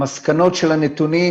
המסקנות של הנתונים,